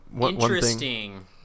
Interesting